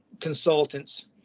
consultants